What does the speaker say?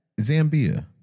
Zambia